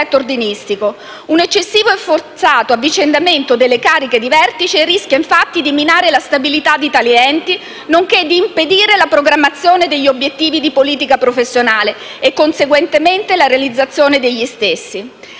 Un eccessivo e forzato avvicendamento delle cariche di vertice rischia infatti di minare la stabilità di tali enti, nonché di impedire la programmazione di politica professionale e, conseguentemente, la realizzazione degli stessi.